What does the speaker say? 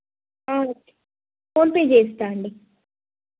okay PhonePe చేస్తాను అండి